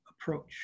approach